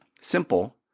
simple